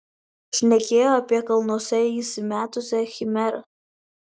šnekėjo apie kalnuose įsimetusią chimerą